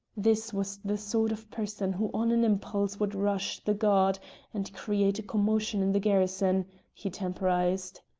this was the sort of person who on an impulse would rush the guard and create a commotion in the garrison he temporised.